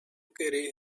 carry